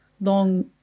long